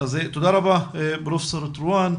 תודה רבה פרופ' טרואן.